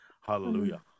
hallelujah